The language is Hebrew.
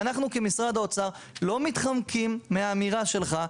ואנחנו כמשרד האוצר לא מתחמקים מהאמירה שלך,